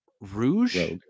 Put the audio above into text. rouge